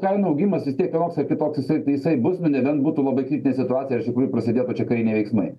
kainų augimas vis tiek vienoks ar kitoks jisai jisai bus nu nebent būtų labai kritinė situacija ir iš tikrųjų prasidėtų čia kariniai veiksmai